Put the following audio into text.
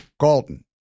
Galton